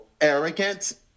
arrogant